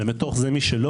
ובתוך זה מי שלא,